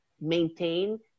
maintain